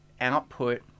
output